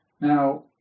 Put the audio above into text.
Now